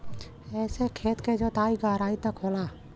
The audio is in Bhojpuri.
एसे खेत के जोताई गहराई तक होला